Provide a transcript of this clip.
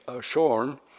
shorn